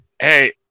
hey